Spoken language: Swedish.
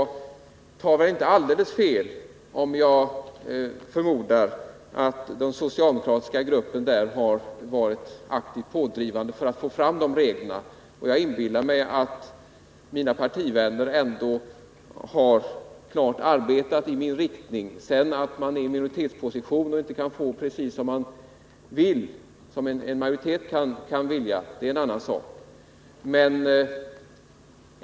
Och jag tar väl inte alldeles fel om jag förmodar att den socialdemokratiska gruppen i utskottet har varit aktivt pådrivande för att få fram den skrivningen. Jag inbillar mig ändå att mina partivänner har arbetat i min riktning. Att de sedan är i minoritetsposition och inte kan få precis som de vill, som en majoritet kan, är en annan sak.